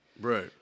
Right